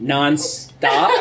Non-stop